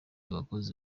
abakozi